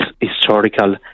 historical